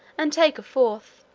and take a fourth,